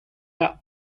her